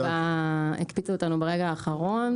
הקפיצו אותנו ברגע האחרון,